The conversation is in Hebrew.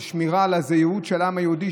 על שמירה על הזהות של העם היהודי,